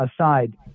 aside